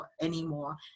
anymore